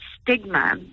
stigma